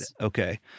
Okay